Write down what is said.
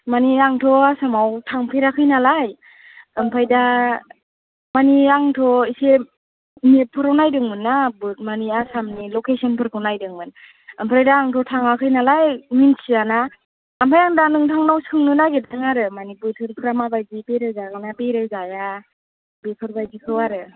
मानि आंथ' आसामाव थांफेराखै नालाय ओमफ्राय दा मानि आंथ' एसे मेपफोराव नायदोंमोन ना मानि आसामनि ल'केसनफोरखौ नायदोंमोन ओमफ्राय दा आंथ' थाङाखै नालाय मिनथिया ना ओमफ्राय आं दा नोंथांनाव सोंनो नागिरदों आरो मानि बोथोरफ्रा मा बायदि बेराय जागोन ना बेराय जाया बेफोर बायदिखौ आरो